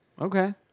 Okay